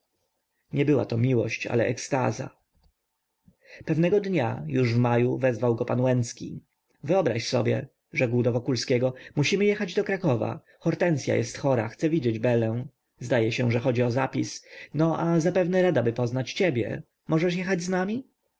nie była to miłość ale ekstaza pewnego dnia już w maju wezwał go pan łęcki wyobraź sobie rzekł do wokulskiego musimy jechać do krakowa hortensya jest chora chce widzieć belę zdaje się że chodzi o zapis no a zapewne radaby poznać ciebie możesz jechać z nami